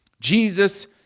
Jesus